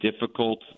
difficult